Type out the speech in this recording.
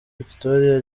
victoria